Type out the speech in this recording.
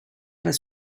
pas